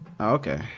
Okay